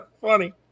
funny